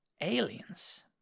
aliens